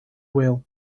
wheel